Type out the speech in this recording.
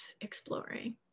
exploring